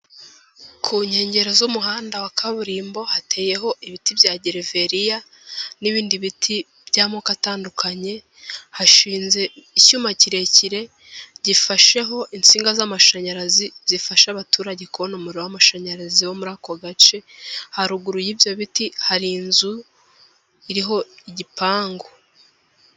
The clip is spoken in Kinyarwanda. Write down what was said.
Ku nkengero z'umuhanda wa kaburimbo hateyeho ibiti bya gereveriya n'ibindi biti by'amoko atandukanye, hashinze icyuma kirekire gifasheho insinga z'amashanyarazi zifasha abaturage kubona umuriro w'amashanyarazi bo muri ako gace, haruguru y'ibyo biti hari inzu iriho igipangu.